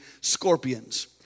scorpions